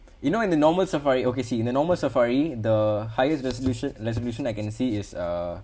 you know in the normal safari okay see the normal safari the highest resolution resolution I can see is uh